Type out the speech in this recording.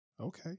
Okay